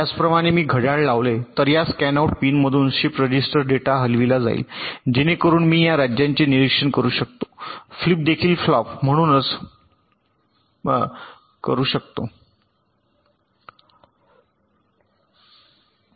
त्याचप्रमाणे मी घड्याळे लावले तर या स्कॅनआउट पिनमधून शिफ्ट रजिस्टर डेटा हलविला जाईल जेणेकरून मी या राज्यांचे निरीक्षण करू शकतो फ्लिपफ्लॉप देखील